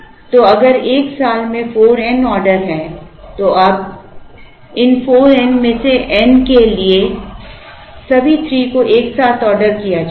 तो अगर एक साल में 4 n ऑर्डर हैं तो अब इन 4 n में से n के लिए सभी 3 को एक साथ ऑर्डर किया जाएगा